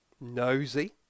nosy